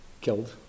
killed